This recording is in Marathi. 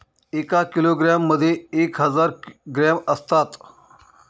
एका किलोग्रॅम मध्ये एक हजार ग्रॅम असतात